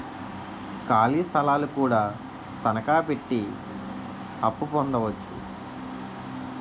ఖాళీ స్థలాలు కూడా తనకాపెట్టి అప్పు పొందొచ్చు